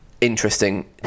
interesting